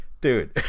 dude